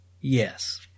yes